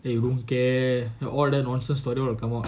you don't care you all that nonsense will come out